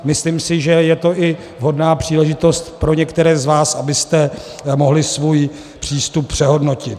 Myslím si, že je to i vhodná příležitost pro některé z vás, abyste mohli svůj přístup přehodnotit.